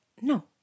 No